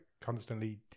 constantly